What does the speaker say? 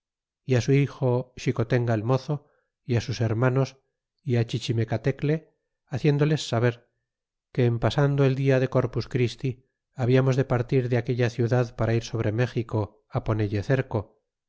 o de vargas y su hijo xicotenga el mozo y sus hermanos y al cbichimecatecle haciéndoles saber que en pasando el dia de corpus christi habiamos de partir de aquella ciudad para ir sobre méxico á ponelle cerco